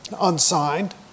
unsigned